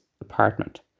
apartment